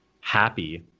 happy